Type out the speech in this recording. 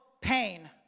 pain